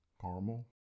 caramel